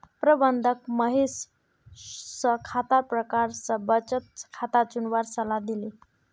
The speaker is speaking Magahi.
प्रबंधक महेश स खातार प्रकार स बचत खाता चुनवार सलाह दिले